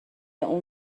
اون